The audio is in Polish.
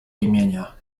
imienia